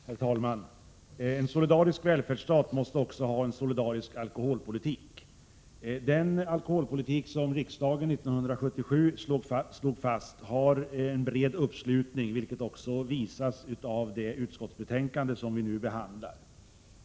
Herr talman! En solidarisk välfärdsstat måste också ha en solidarisk alkoholpolitik. Den alkoholpolitik som riksdagen 1977 slog fast har en bred uppslutning, vilket också visas av det utskottsbetänkande som vi nu behandlar.